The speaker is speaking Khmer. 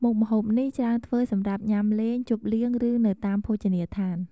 មុខម្ហូបនេះច្រើនធ្វើសម្រាប់ញ៉ាំលេង ជប់លៀង ឬនៅតាមភោជនីយដ្ឋាន។